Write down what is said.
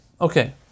Okay